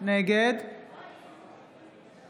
נגד